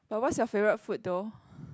but what's your favourite food though